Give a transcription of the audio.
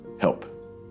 help